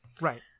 Right